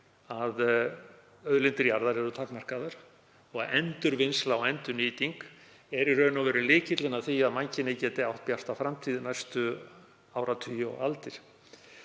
að auðlindir jarðar eru takmarkaðar og endurvinnsla og endurnýting er í raun og veru lykillinn að því að mannkynið geti átt bjarta framtíð næstu áratugi og aldir.